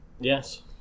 Yes